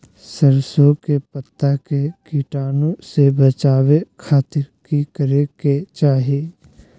सरसों के पत्ता के कीटाणु से बचावे खातिर की करे के चाही?